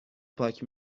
پاک